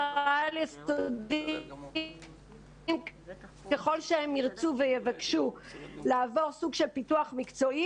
העל יסודיים ככל שהם ירצו ויבקשו לעבור סוג של פיתוח מקצועי.